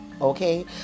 okay